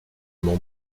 mon